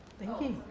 thank you.